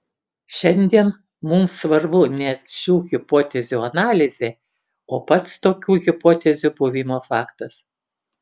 šiandien mums svarbu ne šių hipotezių analizė o pats tokių hipotezių buvimo faktas